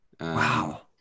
Wow